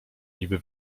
niby